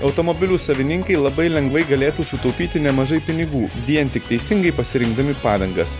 automobilių savininkai labai lengvai galėtų sutaupyti nemažai pinigų vien tik teisingai pasirinkdami padangas